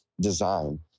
design